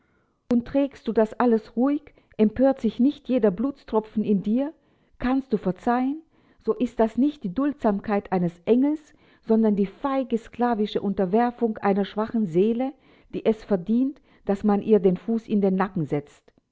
und trägst du das alles ruhig empört sich nicht jeder blutstropfen in dir kannst du verzeihen so ist das nicht die duldsamkeit eines engels sondern die feige sklavische unterwerfung einer schwachen seele die es verdient daß man ihr den fuß auf den nacken setzt